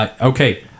Okay